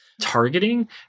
targeting